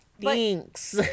thanks